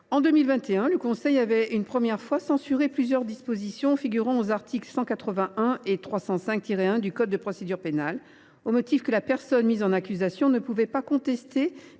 En 2021, le Conseil avait une première fois censuré plusieurs dispositions figurant aux articles 181 et 305 1 du code de procédure pénale, au motif que la personne mise en accusation ne pouvait pas contester